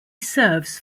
serves